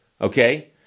Okay